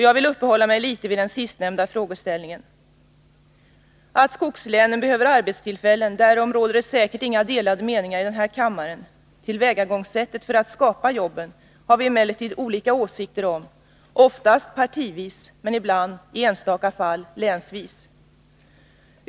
Jag vill uppehålla mig litet vid den sistnämnda frågeställningen. Att skogslänen behöver arbetstillfällen, därom rådet det säkert inga delade meningar i denna kammare. Tillvägagångssättet för att skapa jobben har vi emellertid olika åsikter om — oftast partivis men i enstaka fall länsvis.